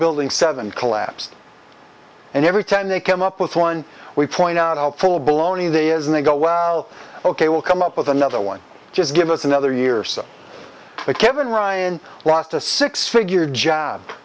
building seven collapsed and every time they come up with one we point out helpful baloney they isn't a go wow ok we'll come up with another one just give us another year or so kevin ryan lost a six figure job